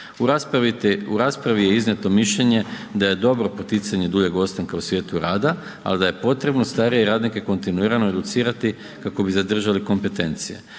U raspravi je iznijeto mišljenje da je dobro poticanje duljeg ostanka u svijetu rada, ali da je potrebno starije radnike kontinuirano educirati kako bi zadržali kompetencije.